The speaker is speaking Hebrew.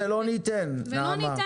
זה לא ניתן נעמה.